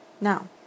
now